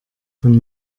von